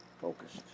focused